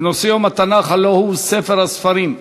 בנושא יום התנ"ך, הלוא הוא ספר הספרים,